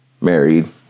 married